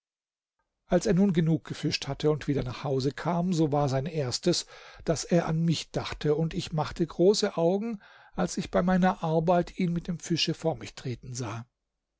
als er nun genug gefischt hatte und wieder nach hause kam so war sein erstes daß er an mich dachte und ich machte große augen als ich bei meiner arbeit ihn mit dem fische vor mich treten sah